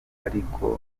ariko